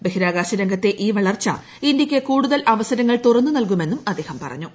ബഹിരാകാശ രംഗത്തെ ഈ വളർച്ച ഇന്ത്യക്ക് കൂടുതൽ അവസരങ്ങൾ തുറന്നു നല്കുമെന്നും അദ്ദേഹം പറഞ്ഞു